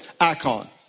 icon